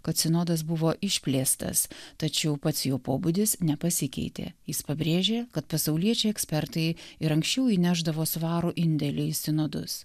kad sinodas buvo išplėstas tačiau pats jo pobūdis nepasikeitė jis pabrėžė kad pasauliečiai ekspertai ir anksčiau įnešdavo svarų indėlį į sinodus